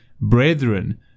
Brethren